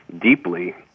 deeply